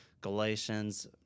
Galatians